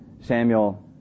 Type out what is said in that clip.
Samuel